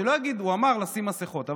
שלא יגידו: הוא אמר לשים מסכות,